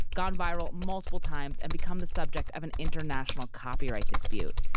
gone viral multiple times, and become the subject of an international copyright dispute.